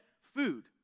food